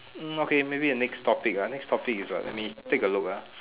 hmm okay maybe a next topic ah next topic is what let me take a look